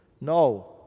No